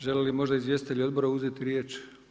Žele li možda izvjestitelji odbora uzeti riječ?